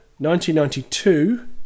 1992